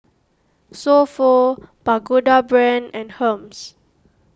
So Pho Pagoda Brand and Hermes